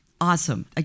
Awesome